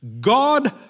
God